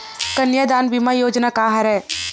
कन्यादान बीमा योजना का हरय?